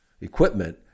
equipment